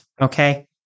okay